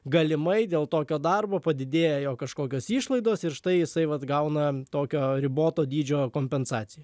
galimai dėl tokio darbo padidėjo kažkokios išlaidos ir štai jisai vat gauna tokio riboto dydžio kompensaciją